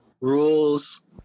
rules